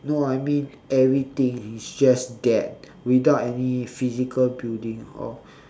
no I mean everything it's just that without any physical building of